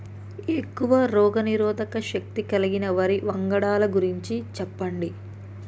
ఎక్కువ రోగనిరోధక శక్తి కలిగిన వరి వంగడాల గురించి చెప్పండి?